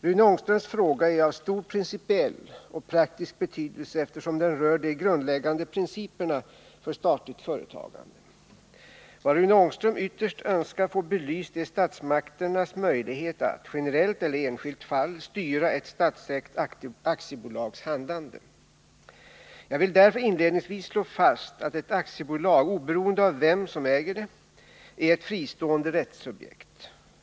Rune Ångströms fråga är av stor principiell och praktisk betydelse, eftersom den rör de grundläggande principerna för statligt företagande. Vad Rune Ångström ytterst önskar få belyst är statsmakternas möjlighet att, generellt eller i ett enskilt fall, styra ett statsägt aktiebolags handlande. Jag vill därför inledningsvis slå fast att ett aktiebolag, oberoende av vem som äger det, är ett fristående rättssubjekt.